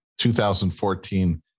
2014